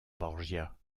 borgia